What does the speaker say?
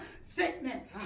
sickness